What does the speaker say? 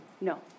No